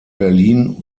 berlin